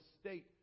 state